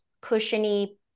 cushiony